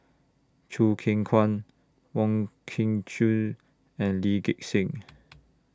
Choo Keng Kwang Wong Kin Jong and Lee Gek Seng